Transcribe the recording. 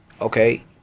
okay